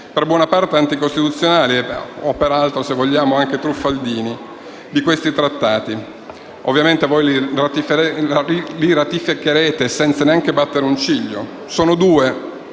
per buona parte anche incostituzionali o, se vogliamo, truffaldini di questi trattati. Ovviamente, voi li ratificherete senza neanche battere un ciglio. Sono due: